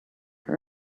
her